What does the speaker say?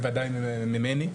בוודאי ממני,